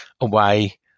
away